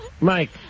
Mike